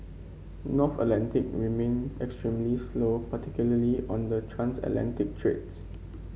North Atlantic remained extremely slow particularly on the transatlantic trades